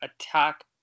attack